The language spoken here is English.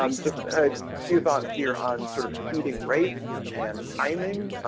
um just a few thoughts here on sort of seeding rates and timing.